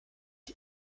die